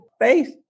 faith